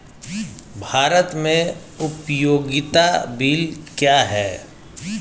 भारत में उपयोगिता बिल क्या हैं?